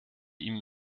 ihm